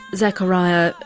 zakaria,